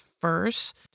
first